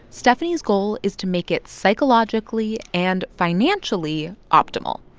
stephani's goal is to make it psychologically and financially optimal.